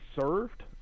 served